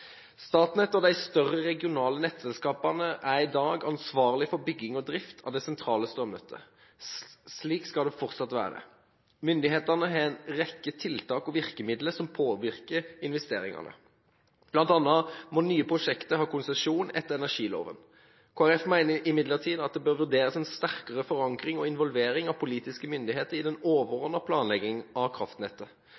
Statnett og de større regionale nettselskapene er i dag ansvarlig for bygging og drift av det sentrale strømnettet. Slik skal det fortsatt være. Myndighetene har en rekke tiltak og virkemidler som påvirker investeringene. Blant annet må nye prosjekter ha konsesjon etter energiloven. Kristelig Folkeparti mener imidlertid det bør vurderes en sterkere forankring og involvering av politiske myndigheter i den